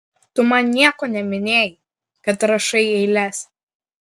tu man nieko neminėjai kad rašai eiles